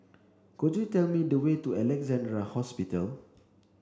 could you tell me the way to Alexandra Hospital